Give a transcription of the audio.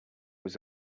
was